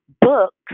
books